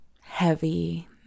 heavy